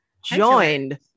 Joined